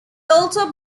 also